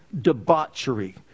debauchery